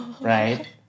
Right